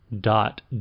dot